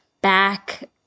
back